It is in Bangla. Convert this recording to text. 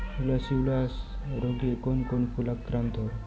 গ্লাডিওলাস রোগে কোন কোন ফুল আক্রান্ত হয়?